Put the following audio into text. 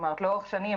לאורך שנים,